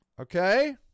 Okay